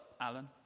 Alan